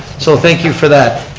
so thank you for that.